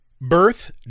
birth